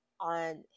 on